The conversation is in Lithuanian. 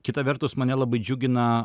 kita vertus mane labai džiugina